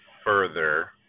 further